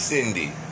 Cindy